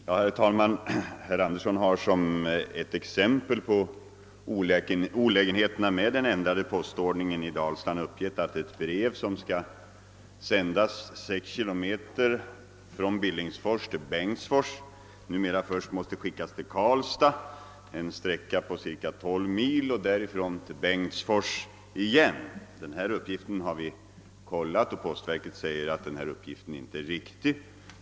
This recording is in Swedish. Herr talman! Herr Andersson i Billingsfors har i sin interpellation som ett exempel på olägenheterna med den ändrade postordningen i Dalsland uppgivit, att ett brev som skall sändas den 6 km långa sträckan från Billingsfors till Bengtsfors numera först måste skickas till Karlstad — en sträcka på cirka tolv mil — och därifrån till Bengtsfors. Denna uppgift har vi kollatione rat, och den är enligt postverket felaktig.